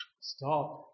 stop